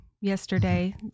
yesterday